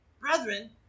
Brethren